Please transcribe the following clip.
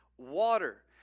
Water